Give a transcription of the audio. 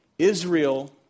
Israel